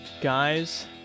guys